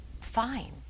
fine